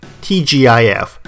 TGIF